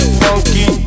funky